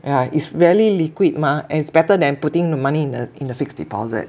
yeah it's rarely liquid mah and it's better than putting the money in a in a fixed deposit